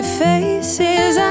faces